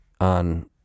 on